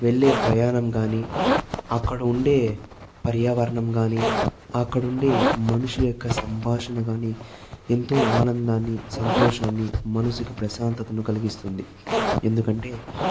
వెళ్ళే ప్రయాణం కానీ అక్కడ ఉండే పర్యావరణం కానీ అక్కడ ఉండే మనుషుల యొక్క సంభాషణ కానీ ఎంతో ఆనందాన్ని సంతోషాన్ని మనసుకు ప్రశాంతతను కలిగిస్తుంది ఎందుకంటే